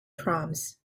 proms